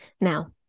Now